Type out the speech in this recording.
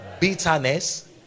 bitterness